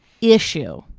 issue